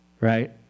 right